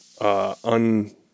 un